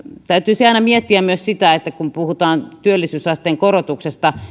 täytyisi aina miettiä kun puhutaan työllisyysasteen korotuksesta